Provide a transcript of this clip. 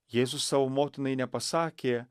jėzus savo motinai nepasakė